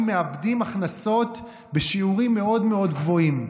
מאבדים הכנסות בשיעורים מאוד מאוד גבוהים.